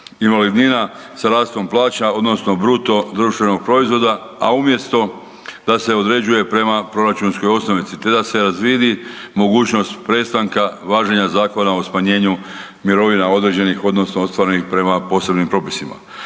invalidnina sa rastom plaća odnosno BDP-a a umjesto da se određuje prema proračunskoj osnovici te da se razvidi mogućnost prestanka važenja Zakona o smanjenju mirovina određenih odnosno ostvarenih prema posebnim propisima.